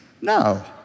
No